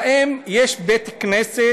האם יש בית-כנסת,